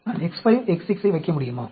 நான் X5 X6 ஐ வைக்க முடியுமா